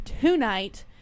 tonight